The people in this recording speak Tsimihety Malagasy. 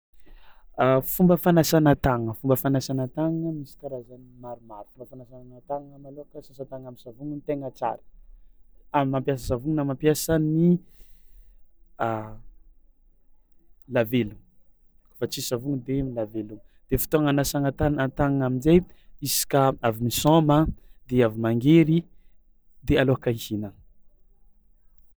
A fomba fanasana tàgnana fomba fanasana tàgnana misy karazany maromaro, fomba fanasanana tàgnana malôhaka sasa tàgna am'savogno no tegna tsara, a mampiasa savogno na mampiasa ny lavelogno kaofa tsisy savogno de lavelogno de fotoagna agnasagna tàn- a tàgnana amin-jay isaka avy misaoma de avy mangery de alôhaka hihinagna.